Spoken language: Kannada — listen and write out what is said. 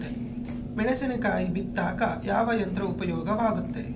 ಮೆಣಸಿನಕಾಯಿ ಬಿತ್ತಾಕ ಯಾವ ಯಂತ್ರ ಉಪಯೋಗವಾಗುತ್ತೆ?